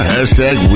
Hashtag